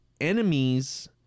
enemies